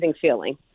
feeling